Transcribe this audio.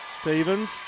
Stevens